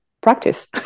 practice